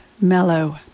mellow